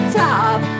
top